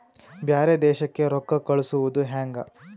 ಬ್ಯಾರೆ ದೇಶಕ್ಕೆ ರೊಕ್ಕ ಕಳಿಸುವುದು ಹ್ಯಾಂಗ?